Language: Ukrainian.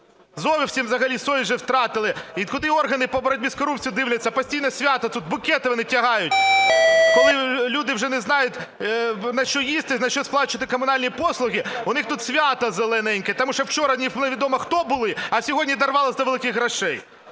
колеги. Взагалі совість вже втратили. І куди органи по боротьбі з корупцією дивляться? Постійно свято тут, букети вони тягають, коли люди вже не знають, на що їсти, на що сплачувати комунальні послуги, у них тут свято "зелененьке", тому що вчора невідомо хто були, а сьогодні дорвались до великих грошей.